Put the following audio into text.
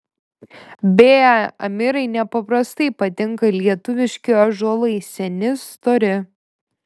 beje amirai nepaprastai patinka lietuviški ąžuolai seni stori